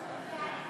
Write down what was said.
צמצום הפעולות